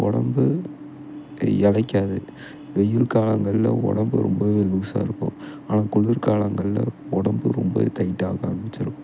உடம்பு இளைக்காது வெயில் காலங்களில் உடம்பு ரொம்பவே லூசாக இருக்கும் ஆனால் குளிர்காலங்களில் உடம்பு ரொம்பவே டயிட் ஆக ஆரம்பிச்சிரும்